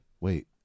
wait